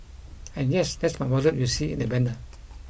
and yes that's my wardrobe you see in the banner